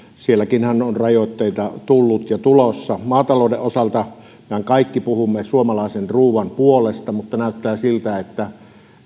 sielläkinhän on rajoitteita tullut ja tulossa maatalouden osalta mehän kaikki puhumme suomalaisen ruoan puolesta mutta näyttää siltä että